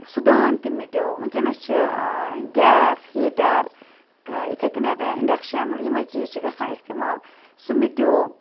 سُہ دان تہِ مِٹیو وِنکیٚنَس چھِ گیس ہیٖٹَر یِتھے کٔنیٚتھ اِنڈَکشَن یِمے چیٖز چھِ گَژھان اِستعمال سُہ مِٹیو